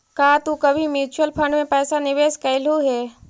का तू कभी म्यूचुअल फंड में पैसा निवेश कइलू हे